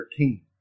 13